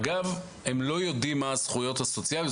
אגב, הם לא יודעים מה הזכויות הסוציאליות.